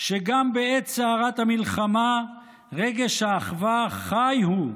שגם בעת סערת המלחמה רגש האחווה חי הוא,